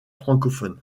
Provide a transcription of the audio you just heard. francophones